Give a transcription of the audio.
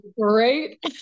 great